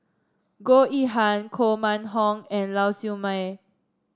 Goh Yihan Koh Mun Hong and Lau Siew Mei